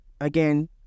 again